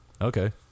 Okay